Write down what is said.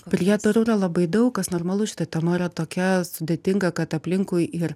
prietarų yra labai daug kas normalu šita tema yra tokia sudėtinga kad aplinkui ir